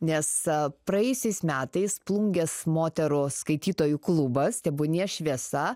nes praėjusiais metais plungės moterų skaitytojų klubas tebūnie šviesa